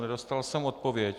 Nedostal jsem odpověď.